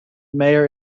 mayor